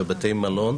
בבתי מלון,